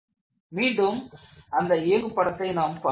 மீண்டும் அந்த இயங்கு படத்தை நாம் பார்க்கலாம்